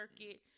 circuit